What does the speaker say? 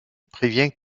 prévient